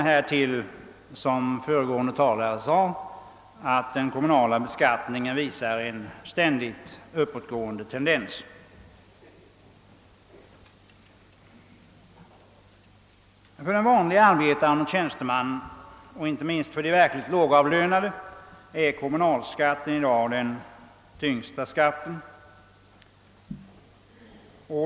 Såsom föregående talare sade visar den kommunala beskattningen en ständigt uppåtgående tendens. För den vanliga arbetaren och tjänstemannen och inte minst för de verkligt lågavlönade är kommunalskatten i dag den tyngsta skatten.